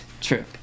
True